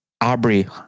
Aubrey